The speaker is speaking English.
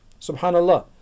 Subhanallah